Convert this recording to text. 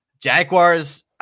Jaguars